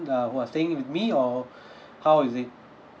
err who are staying with me or how is it